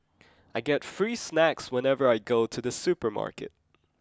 I get free snacks whenever I go to the supermarket